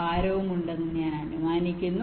5 ഭാരവുമുണ്ടെന്ന് ഞാൻ അനുമാനിക്കുന്നു